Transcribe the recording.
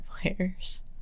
players